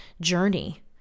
journey